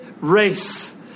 race